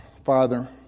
Father